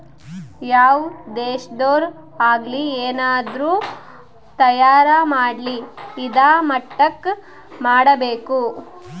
ಯಾವ್ ದೇಶದೊರ್ ಆಗಲಿ ಏನಾದ್ರೂ ತಯಾರ ಮಾಡ್ಲಿ ಇದಾ ಮಟ್ಟಕ್ ಮಾಡ್ಬೇಕು